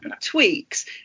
tweaks